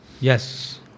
Yes